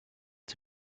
est